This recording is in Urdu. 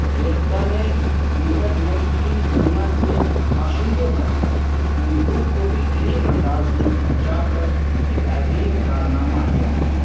ریختہ نے انٹرنیٹ کی دنیا کے باشندوں تک اردو کو بہترین انداز میں پہنچا کر ایک عظیم کارنامہ انجام دیا